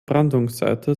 brandungsseite